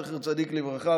זכר צדיק לברכה,